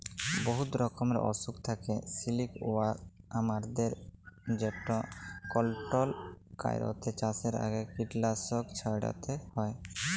বহুত রকমের অসুখ থ্যাকে সিলিকওয়ার্মদের যেট কলট্রল ক্যইরতে চাষের আগে কীটলাসক ছইড়াতে হ্যয়